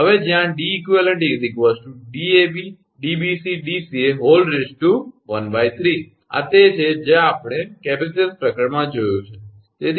હવે જ્યાં 𝐷𝑒𝑞 𝐷𝑎𝑏𝐷𝑏𝑐𝐷𝑐𝑎13 આ તે છે જે આપણે કેપેસિટીન્સ પ્રકરણમાં જોયું છે બરાબર